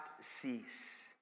cease